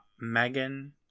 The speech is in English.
Megan